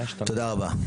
תודה רבה.